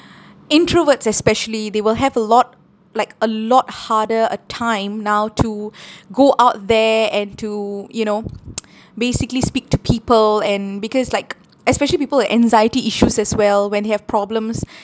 introverts especially they will have a lot like a lot harder uh time now to go out there and to you know basically speak to people and because like especially people with anxiety issues as well when they have problems